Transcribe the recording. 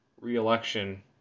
re-election